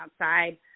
outside